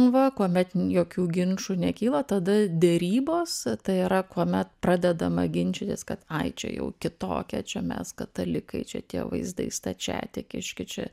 va kuomet jokių ginčų nekyla tada derybos tai yra kuomet pradedama ginčytis kad ai čia jau kitokie čia mes katalikai čia tie vaizdai stačiatikiški čia